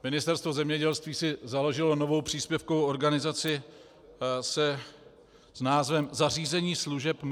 Ministerstvo zemědělství si založilo novou příspěvkovou organizaci s názvem Zařízení služeb MZE.